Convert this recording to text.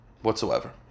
whatsoever